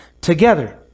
together